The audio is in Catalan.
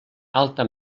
alta